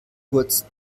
kurz